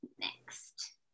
next